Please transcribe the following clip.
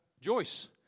Joyce